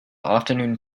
afternoon